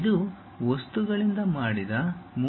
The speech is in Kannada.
ಇದು ವಸ್ತುಗಳಿಂದ ಮಾಡಿದ ಮೂರು ಆಯಾಮದ ವಸ್ತುವಾಗಿದೆ